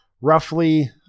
roughly